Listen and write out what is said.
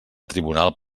tribunal